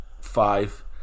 five